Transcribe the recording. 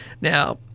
Now